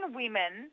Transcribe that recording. women